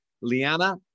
Liana